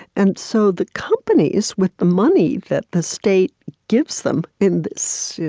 and so the companies, with the money that the state gives them in this